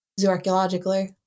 zooarchaeologically